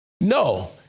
no